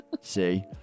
see